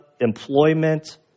employment